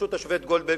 בראשות השופט גולדברג,